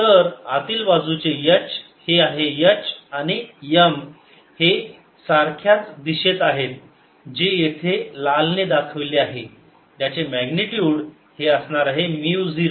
तर आतील बाजूचे H हे आहे H आणि M हे सारख्याच दिशेत आहे जे येथे लाल ने दाखवले आहे ज्याचे मॅग्निट्युड हे असणार आहे म्यु 0 M भागिले 2